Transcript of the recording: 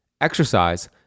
exercise